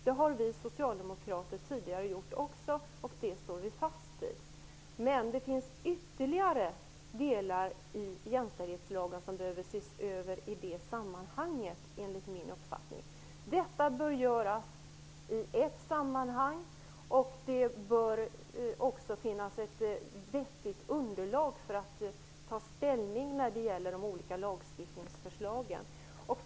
Det har vi socialdemokrater tidigare också gjort, och det står vi fast vid. Men det finns, enligt min uppfattning, ytterligare delar i jämställdhetslagen som behöver ses över i det sammanhanget. Detta bör göras i ett sammanhang, och det bör också finnas ett vettigt underlag för att man skall kunna ta ställning när det gäller de olika lagstiftningsförslagen.